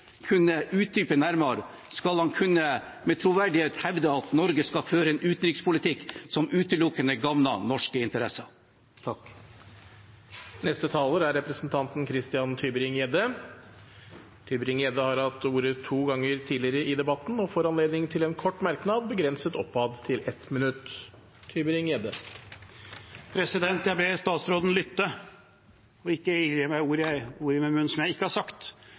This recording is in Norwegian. utdype nærmere, om han med troverdighet skal kunne hevde at Norge skal føre en utenrikspolitikk som utelukkende gagner norske interesser. Representanten Christian Tybring-Gjedde har hatt ordet to ganger tidligere og får ordet til en kort merknad, begrenset til 1 minutt. Jeg ber utenriksministeren lytte og ikke legge ord i min munn som jeg ikke har sagt.